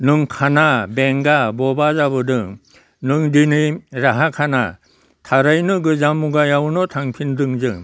नों खाना बेंगा बबा जाबोदों नों दिनै राहा खाना थारैनो गोजाम मुगायावनो थांफिनदों जों